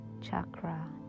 chakra